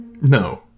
No